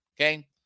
okay